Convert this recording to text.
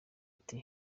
ati